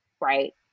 right